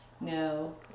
No